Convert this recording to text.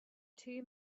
two